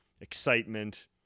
excitement